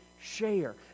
share